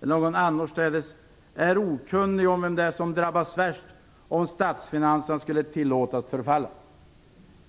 eller annorstädes är okunnig om vem det är som drabbas värst om statsfinanserna skulle tillåtas förfalla.